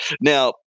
Now